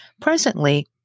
Presently